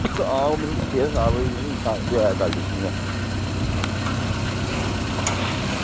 हां ओह् मेरी थोह्ड़ी सेह्त खराब होई गेदी नी